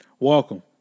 Welcome